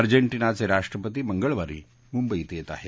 अजॅटिनाचे राष्ट्रपती मंगळवारी मुंबईत येत आहेत